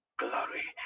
glory